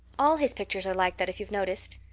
all his pictures are like that, if you've noticed.